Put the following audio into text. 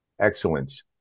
excellence